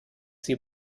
sie